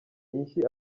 inshyi